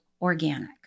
organic